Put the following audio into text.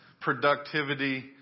productivity